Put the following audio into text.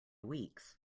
weeks